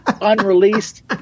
unreleased